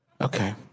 Okay